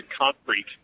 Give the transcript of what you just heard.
concrete